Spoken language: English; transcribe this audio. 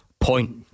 point